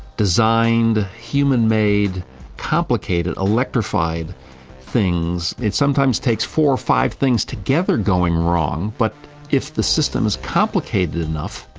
designed, human-made, complicated electrified things, it sometimes takes four or five things together going wrong. but if the system is complicated enough,